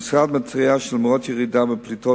המשרד מתריע שלמרות הירידה בפליטות